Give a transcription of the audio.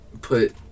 put